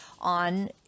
on